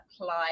apply